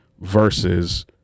versus